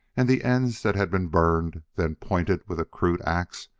and the ends that had been burned, then pointed with a crude ax,